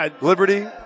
Liberty